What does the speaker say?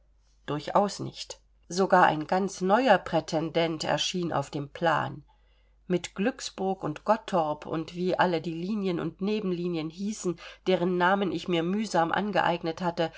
durchaus nicht sogar ein ganz neuer prätendent erschien auf dem plan mit glücksburg und gottorp und wie alle die linien und nebenlinien hießen deren namen ich mir mühsam angeeignet hatte